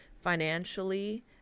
financially